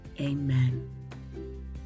amen